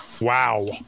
Wow